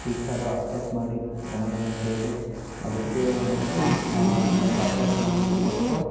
teacher accept ಮಾಡಿ ಚೆನ್ನಾಗಿದೆ ಅಂಥೇಳಿ ಅದಕ್ಕೆ ಔಟ್ ಆಫ್ ಔಟ್ ಮಾರ್ಕ್ಸ್ ಕೊಟ್ಟು